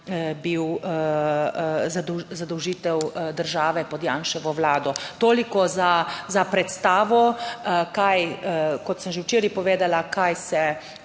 bila zadolžitev države pod Janševo Vlado. Toliko za predstavo, kot sem že včeraj povedala, kaj smo